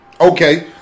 Okay